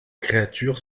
créatures